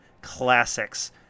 classics